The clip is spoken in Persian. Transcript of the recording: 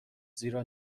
زیرا